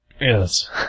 Yes